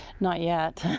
not yet.